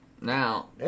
Now